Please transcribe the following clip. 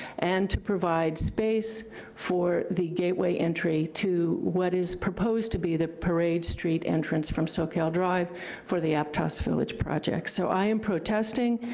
and to provide space for the gateway entry to what is proposed to be the parade street entrance from soquel drive for the aptos village project. so i am protesting,